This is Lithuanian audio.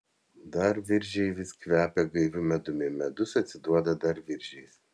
dar viržiai vis kvepia gaiviu medumi medus atsiduoda dar viržiais